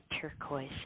turquoise